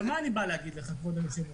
מה אני בא להגיד לך, כבוד היושב-ראש?